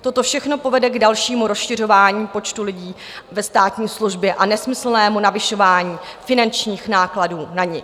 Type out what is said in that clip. Toto všechno povede k dalšímu rozšiřování počtu lidí ve státní službě a nesmyslnému navyšování finančních nákladů na ni.